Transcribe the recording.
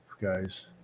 guys